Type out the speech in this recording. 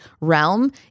realm